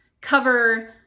cover